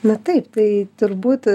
na taip tai turbūt